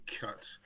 cut